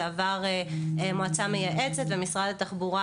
זה עבר את המועצה המייעצת ומשרד התחבורה